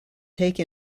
take